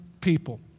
people